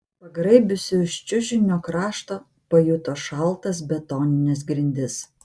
pagraibiusi už čiužinio krašto pajuto šaltas betonines grindis